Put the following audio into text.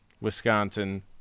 Wisconsin